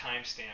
timestamp